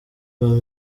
bampa